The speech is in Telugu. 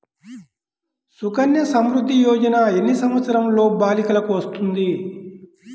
సుకన్య సంవృధ్ది యోజన ఎన్ని సంవత్సరంలోపు బాలికలకు వస్తుంది?